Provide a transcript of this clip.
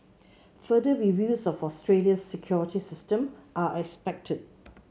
further reviews of Australia's security system are expected